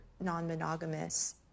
non-monogamous